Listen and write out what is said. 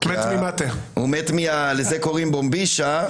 לזה קוראים בומביז'ה,